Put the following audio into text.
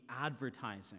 advertising